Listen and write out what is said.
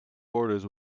borders